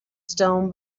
stone